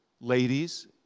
ladies